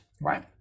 right